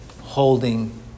holding